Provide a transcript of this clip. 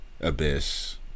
Abyss